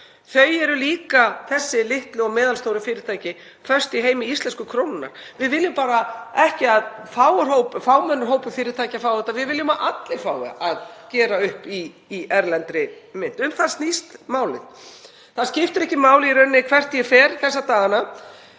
Þau eru líka, þessi litlu og meðalstóru fyrirtæki, föst í heimi íslensku krónunnar. Við viljum ekki að fámennur hópur fyrirtækja fái þetta, við viljum að allir fái að gera upp í erlendri mynt. Um það snýst málið. Það skiptir ekki máli í rauninni hvert ég fer þessa dagana,